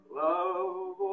love